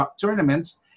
tournaments